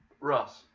Russ